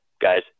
guys